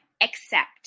accept